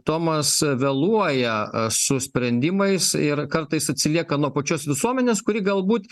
tomas vėluoja su sprendimais ir kartais atsilieka nuo pačios visuomenės kuri galbūt